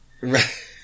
Right